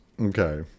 Okay